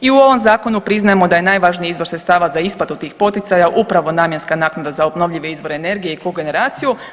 I u ovom zakonu priznajemo da je najvažniji izvor sredstava za isplatu tih poticaja upravo namjenska naknada za obnovljive izvore energije i kogeneraciju.